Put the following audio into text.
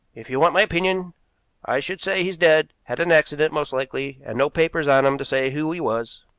if you want my opinion i should say he's dead, had an accident, most likely, and no papers on him to say who he was.